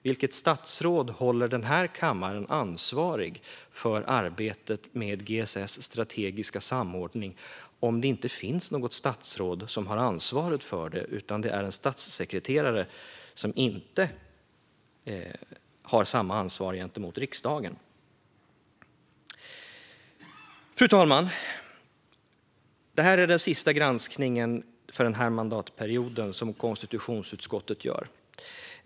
Vilket statsråd håller den här kammaren ansvarig för arbetet med GSS strategiska samordning om det inte finns något statsråd som har ansvaret för detta utan ansvaret i stället ligger hos en statssekreterare, som inte har samma ansvar gentemot riksdagen? Fru talman! Detta är den sista granskning som konstitutionsutskottet gör för den här mandatperioden.